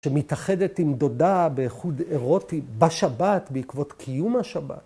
‫שמתאחדת עם דודה באיחוד אירוטי ‫בשבת בעקבות קיום השבת.